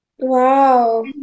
Wow